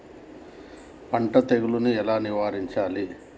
పంట తెగులుని ఎలా నిర్మూలించాలి?